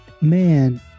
man